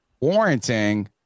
warranting